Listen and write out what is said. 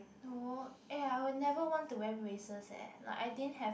no eh I will never want to wear braces eh like I didn't have